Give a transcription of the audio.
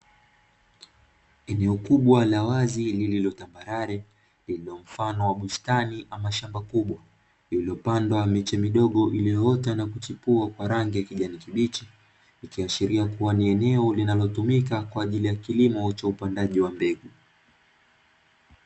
Eneo kubwa la wazi lililo tambarare, lililo mfano wa bustani ama shamba kubwa, lililopandwa miche midogo iliyoota na kuchipua kwa rangi ya kijani kibichi, ikiashiria kuwa ni eneo linalotumika kwa ajili ya kilimo cha upandaji wa mbegu.